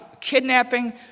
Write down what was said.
kidnapping